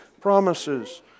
promises